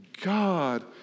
God